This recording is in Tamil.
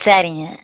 சரிங்க